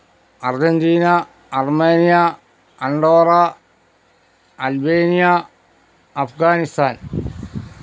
Argentina Armenia Andorra Albania Afghanistan